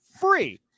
free